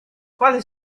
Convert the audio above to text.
quale